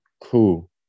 Cool